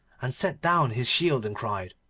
and set down his shield and cried,